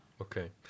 Okay